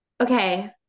okay